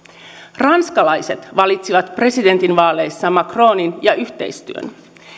ranskalaiset valitsivat presidentinvaaleissa macronin ja yhteistyön